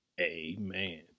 amen